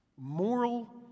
Moral